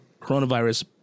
coronavirus